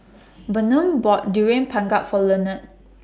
Bynum bought Durian Pengat For Lenard